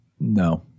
No